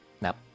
Nope